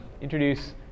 introduce